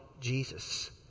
Jesus